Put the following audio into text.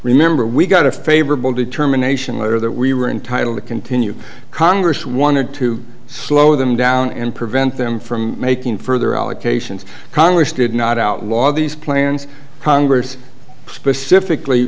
remember we got a favorable determination letter that we were entitled to continue congress wanted to slow them down and prevent them from making further allocations congress did not outlaw these plans congress specifically